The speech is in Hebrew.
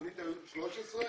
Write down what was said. אם חניתה היו צריכים להיות 13,